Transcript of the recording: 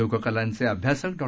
लोककलांचे अभ्यासक डॉ